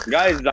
Guys